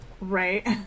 Right